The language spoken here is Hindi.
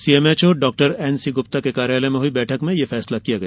सीएमएचओ डॉ एनसी गुप्ता के कार्यालय में हुई बैठक में यह फैसला किया गया